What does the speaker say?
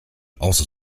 also